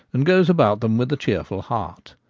and goes about them with a cheerful heart.